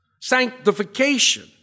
Sanctification